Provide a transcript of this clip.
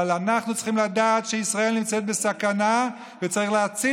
אבל אנחנו צריכים לדעת שישראל נמצאת בסכנה וצריך להציל